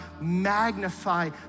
magnify